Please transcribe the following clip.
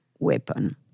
Weapon